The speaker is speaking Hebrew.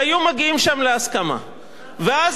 ואז אני, במשך כמה השבועות האלה,